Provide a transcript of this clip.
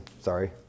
Sorry